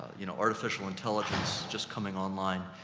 you know, artificial intelligence just coming online.